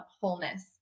wholeness